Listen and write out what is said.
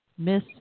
miss